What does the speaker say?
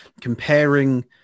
Comparing